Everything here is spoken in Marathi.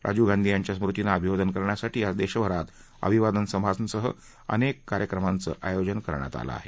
राजीव गांधी यांच्या स्मृतींना अभिवादन करण्यासाठी आज देशभरात अभिवादन सभांसह अनेक कार्यक्रमांचं आयोजन करण्यात आलं आहे